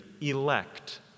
elect